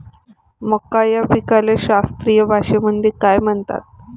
मका या पिकाले शास्त्रीय भाषेमंदी काय म्हणतात?